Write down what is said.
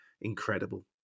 Incredible